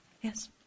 Yes